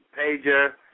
Pager